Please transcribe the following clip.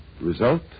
Result